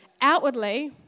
outwardly